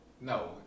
no